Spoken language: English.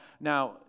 Now